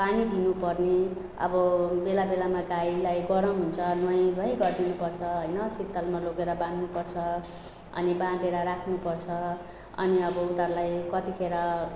पानी दिनुपर्ने अब बेला बेलामा गाईलाई गरम हुन्छ नुहाईधुहाई गरिदिनु पर्छ होइन शीतलमा लगेर बाँध्नुपर्छ अनि बाँधेर राख्नुपर्छ अनि अब उनीहरूलाई कतिखेर